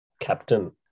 captain